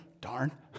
darn